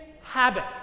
habit